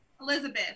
Elizabeth